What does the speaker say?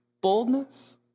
Boldness